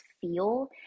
feel